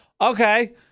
Okay